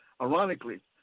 Ironically